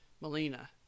Molina